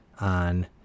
on